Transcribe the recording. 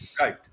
Right